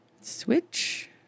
Switch